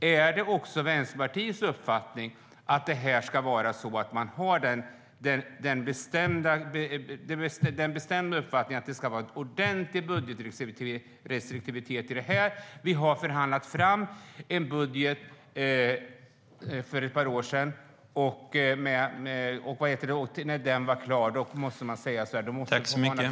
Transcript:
Är det också Vänsterpartiets bestämda uppfattning att det ska vara en ordentlig budgetrestriktivitet? För ett par år sedan förhandlade vi fram en budget, och när den var klar måste vi hantera den.